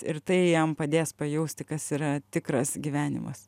ir tai jam padės pajausti kas yra tikras gyvenimas